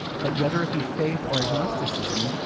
but whether it be faith or agnosticism,